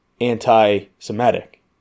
anti-Semitic